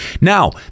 Now